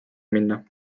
minna